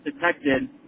detected